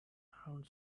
around